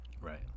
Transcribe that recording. right